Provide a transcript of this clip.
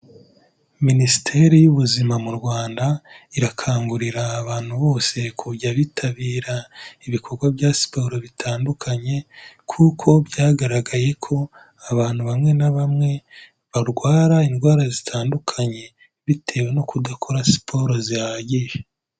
Minisiteri y'ubuzima mu Rwanda irakangurira abantu bose kujya bitabira ibikorwa bya siporo bitandukanye kuko byagaragayeko abantu bamwe na bamwe barwara indwara zitandukanye bitewe no kudakora siporo zihagije.